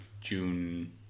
june